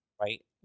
Right